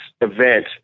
event